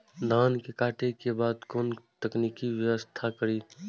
धान के काटे के बाद कोन तकनीकी व्यवस्था करी?